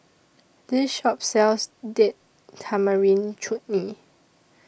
This Shop sells Date Tamarind Chutney